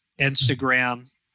Instagram